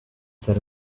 said